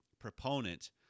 Proponent